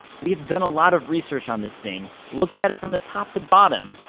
we have done a lot of research on this thing, looked at it from the top to bottom,